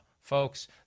folks